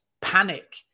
panic